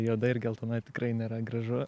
juoda ir geltona tikrai nėra gražu